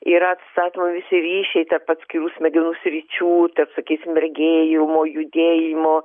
yra atstatomi visi ryšiai tarp atskirų smegenų sričių tarp sakysim regėjimo judėjimo